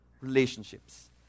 Relationships